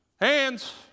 hands